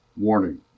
Warning